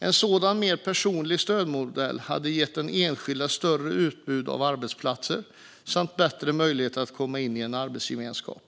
En sådan mer personlig stödmodell hade gett den enskilde ett större utbud av arbetsplatser samt bättre möjligheter att komma in i en arbetsgemenskap.